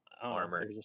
Armor